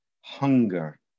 hunger